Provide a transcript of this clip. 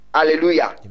Hallelujah